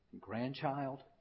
grandchild